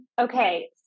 Okay